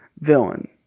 villain